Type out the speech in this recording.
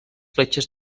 fletxes